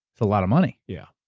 a lot of money. yeah.